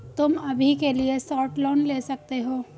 तुम अभी के लिए शॉर्ट लोन ले सकते हो